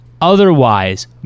Otherwise